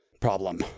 problem